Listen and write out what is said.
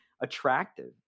attractive